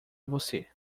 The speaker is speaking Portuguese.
você